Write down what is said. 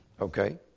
Okay